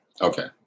Okay